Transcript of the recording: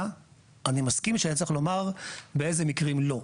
אני מסכים שצריך לומר באילו מקרים לא.